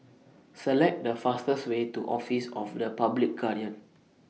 Select The fastest Way to Office of The Public Guardian